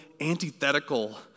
antithetical